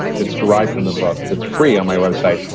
it's derived from the book that's free on my website.